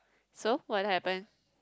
so what happened